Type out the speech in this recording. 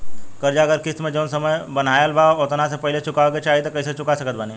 कर्जा अगर किश्त मे जऊन समय बनहाएल बा ओतना से पहिले चुकावे के चाहीं त कइसे चुका सकत बानी?